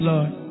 Lord